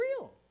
real